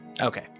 Okay